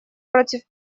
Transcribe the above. против